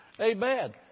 Amen